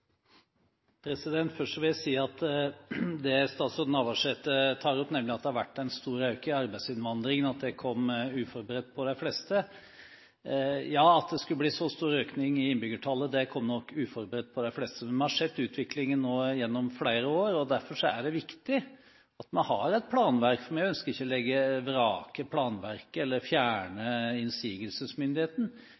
minutt. Først til det statsråd Navarsete tar opp om at det har vært en stor økning i arbeidsinnvandringen, og at det kom uforberedt på de fleste: Ja, at det skulle bli så stor økning i innbyggertallet, kom nok uforberedt på de fleste. Vi har sett utviklingen nå gjennom flere år, og derfor er det viktig at vi har et planverk, for vi ønsker ikke å vrake planverket eller fjerne